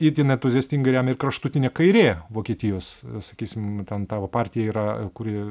itin entuziastingai remia ir kraštutinė kairė vokietijos sakysim ten ta va partija yra kuri